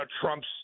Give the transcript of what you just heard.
Trump's